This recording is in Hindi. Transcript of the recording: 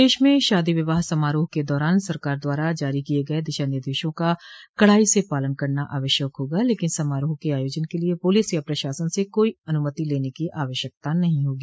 प्रदेश में शादी विवाह समारोह के दौरान सरकार द्वारा जारी किये गये दिशा निर्देशों का कड़ाई से पालन करना आवश्यक होगा लेकिन समारोह के आयोजन के लिये पुलिस या प्रशासन से काई अनुमति लेने की आवश्यकता नहीं होगी